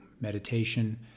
meditation